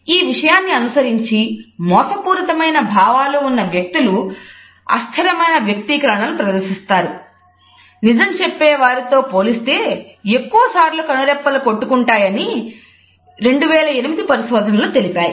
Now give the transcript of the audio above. ఈ విషయాన్ని అనుసరించి మోసపూరితమైన భావనలు ఉన్న వ్యక్తులు అస్థిరమైన వ్యక్తీకరణలు ప్రదర్శిస్తారు నిజం చెప్పే వారితో పోలిస్తే ఎక్కువసార్లు కనురెప్పలు కొట్టుకుంటాయని 2008 పరిశోధనలు తెలిపాయి